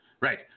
Right